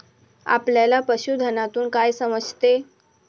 आपल्याला पशुधनातून काय समजते?